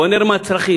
בוא נראה מה הצרכים.